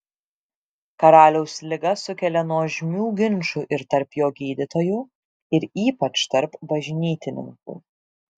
karaliaus liga sukelia nuožmių ginčų ir tarp jo gydytojų ir ypač tarp bažnytininkų